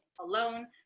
alone